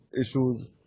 issues